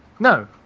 No